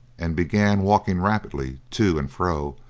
and began walking rapidly to and fro,